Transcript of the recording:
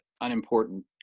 unimportant